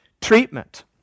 treatment